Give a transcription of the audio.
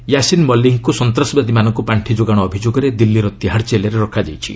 ୟାସିନ୍ ମଲିକଙ୍କୁ ସନ୍ତ୍ରାସବାଦୀମାନଙ୍କୁ ପାର୍ଷି ଯୋଗାଣ ଅଭିଯୋଗରେ ଦିଲ୍କୀର ତିହାଡ଼ ଜେଲ୍ରେ ରଖାଯାଇଛି